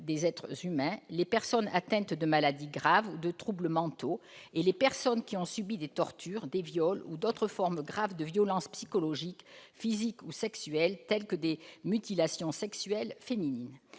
des êtres humains, les personnes atteintes de maladies graves, les personnes souffrant de troubles mentaux et les personnes qui ont subi des tortures, des viols ou d'autres formes graves de violence psychologique, physique ou sexuelle, telles que des mutilations sexuelles féminines